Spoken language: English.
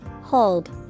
Hold